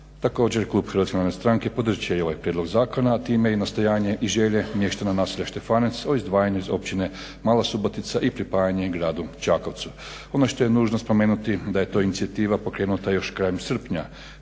Također, klub Hrvatske narodne stranke podržat će i ovaj prijedlog zakona, a time i nastojanje i želje mještana naselja Štefanec o izdvajanju iz općine Mala Subotica i pripajanje gradu Čakovcu. Ono što je nužno spomenuti da je to inicijativa pokrenuta još krajem srpnja